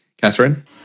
Catherine